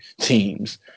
teams